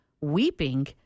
weeping